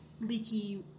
leaky